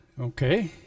Okay